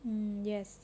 mm yes